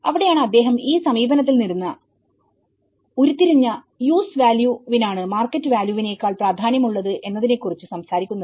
അവിടെയാണ് അദ്ദേഹം ഈ സമീപനത്തിൽ നിന്ന് ഉരുത്തിരിഞ്ഞ യൂസ് വാല്യൂ വിനാണ് മാർക്കറ്റ് വാല്യൂ വിനെക്കാൾ പ്രാധാന്യമുള്ളത് എന്നതിനെ കുറിച്ച് സംസാരിക്കുന്നത്